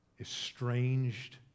estranged